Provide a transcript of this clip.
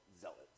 zealots